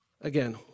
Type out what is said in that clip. Again